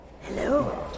Hello